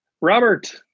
Robert